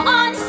on